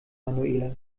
manuela